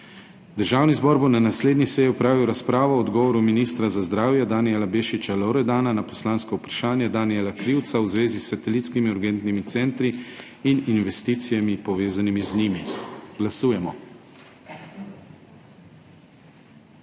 Državni zbor bo na naslednji seji opravil razpravo o odgovoru ministra za zdravje Danijela Bešiča Loredana na poslansko vprašanje Danijela Krivca v zvezi s satelitskimi urgentnimi centri in investicijami, povezanimi z njimi. Glasujemo.